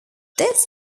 this